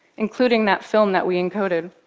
including that film that we encoded.